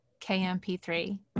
KMP3